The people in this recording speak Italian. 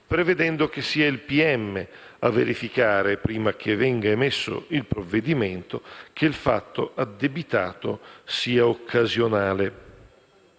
prevedendo che sia il pm a verificare, prima che venga emesso il provvedimento, che il fatto addebitato sia occasionale;